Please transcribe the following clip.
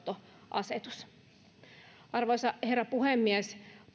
käyttöönottoasetus arvoisa herra puhemies